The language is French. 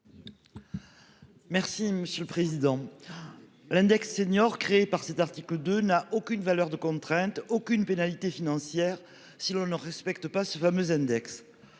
Merci monsieur le président. L'index senior créée par cet article de n'a aucune valeur de contrainte aucune pénalité financière si l'on ne respecte pas ce fameux Index.